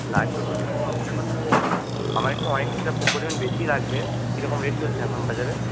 লাগবে বলতে আমার একটু অনেকটা পরিমাণ বেশি লাগবে কীরকম রেট চলছে এখন বাজারে